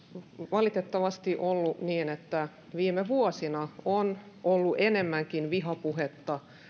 valitettavasti ollut niin että viime vuosina on ollut enemmänkin vihapuhetta